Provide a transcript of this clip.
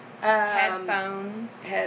Headphones